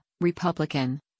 Republican